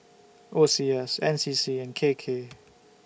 O C S N C C and K K